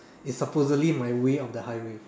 it's supposedly my way or the highway